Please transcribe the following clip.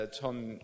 Tom